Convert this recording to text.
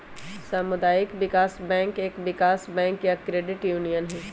सामुदायिक विकास बैंक एक विकास बैंक या क्रेडिट यूनियन हई